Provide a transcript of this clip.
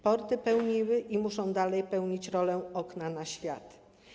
Porty pełniły i muszą dalej pełnić rolę okna na świat.